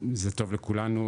זה טוב לכולנו,